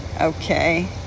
okay